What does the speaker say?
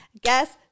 Guess